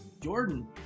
Jordan